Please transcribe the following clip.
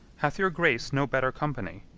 hath your grace no better company?